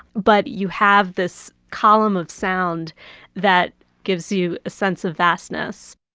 but you have this column of sound that gives you a sense of vastness.